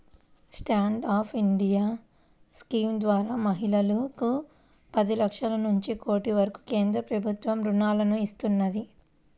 stand up India scheme ద్వారా మహిళలకు పది లక్షల నుంచి కోటి వరకు కేంద్ర ప్రభుత్వం రుణాలను ఇస్తున్నది